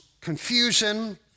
confusion